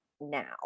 now